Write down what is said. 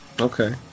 Okay